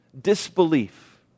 Disbelief